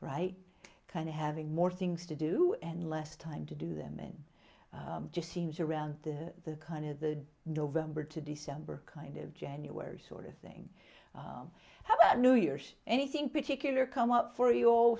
right kind of having more things to do and less time to do them and just seems around the kind of the november to december kind of january sort of thing on new years anything particular come up for your